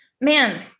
man